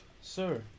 sir